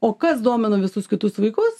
o kas domina visus kitus vaikus